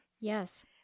Yes